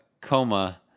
coma